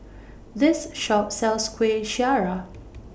This Shop sells Kueh Syara